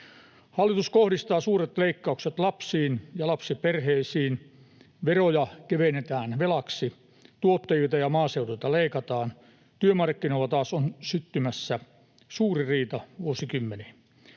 Hallitus kohdistaa suuret leikkaukset lapsiin ja lapsiperheisiin, veroja kevennetään velaksi, tuottajilta ja maaseuduilta leikataan, työmarkkinoilla taas on syttymässä suurin riita vuosikymmeniin.